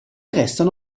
restano